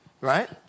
right